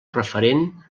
referent